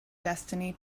destiny